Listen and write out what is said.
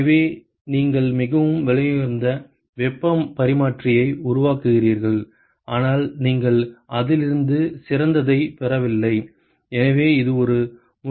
எனவே நீங்கள் மிகவும் விலையுயர்ந்த வெப்பப் பரிமாற்றியை உருவாக்குவீர்கள் ஆனால் நீங்கள் அதிலிருந்து சிறந்ததைப் பெறவில்லை எனவே இது ஒரு முக்கியமான விஷயம்